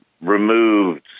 removed